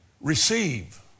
receive